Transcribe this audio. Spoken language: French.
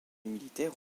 militaire